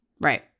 Right